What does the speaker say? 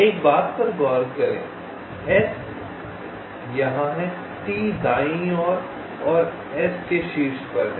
एक बात पर गौर करें S यहाँ है T दाईं ओर और S के शीर्ष पर है